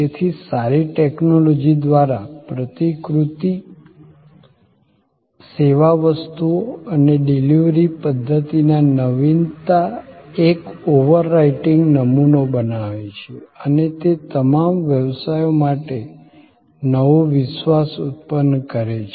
તેથી સારી ટેક્નોલોજી દ્વારા પ્રતિકૃતિ સેવા વસ્તુઓ અને ડિલિવરી પધ્ધતિમાં નવીનતા એક ઓવર રાઈટીંગ નમુનો બનાવે છે અને તે તમામ વ્યવસાયો માટે નવો વિશ્વાસ ઉત્પન્ન કરે છે